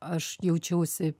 aš jaučiausi